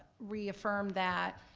reaffirmed that